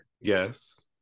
yes